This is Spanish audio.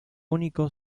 único